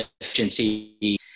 efficiency